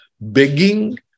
Begging